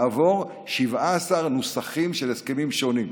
לעבור על 17 נוסחים של הסכמים שונים: